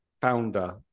founder